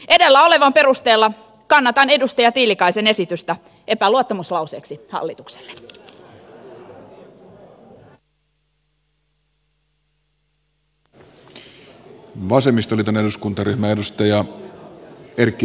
edellä olevan perusteella kannatan edustaja tiilikaisen esitystä epäluottamuslauseeksi hallitukselle